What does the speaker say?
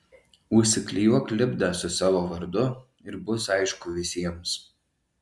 užsiklijuok lipdą su savo vardu ir bus aišku visiems